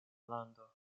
lando